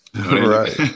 right